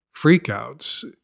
freakouts